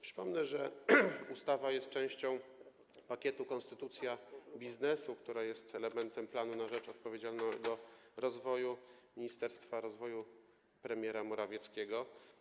Przypomnę, że ustawa jest częścią pakietu konstytucji biznesu, który jest elementem planu na rzecz odpowiedzialnego rozwoju Ministerstwa Rozwoju premiera Morawieckiego.